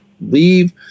leave